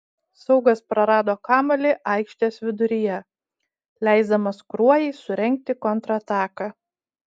saugas prarado kamuolį aikštės viduryje leisdamas kruojai surengti kontrataką